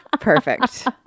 perfect